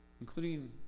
including